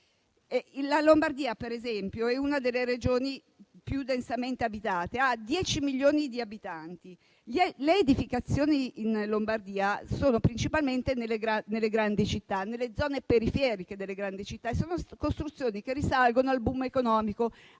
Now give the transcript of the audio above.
La Lombardia, per esempio, è una delle Regioni più densamente abitate: ha 10 milioni di abitanti. Le edificazioni in Lombardia sono principalmente nelle zone periferiche delle grandi città e sono costruzioni che risalgono al *boom* economico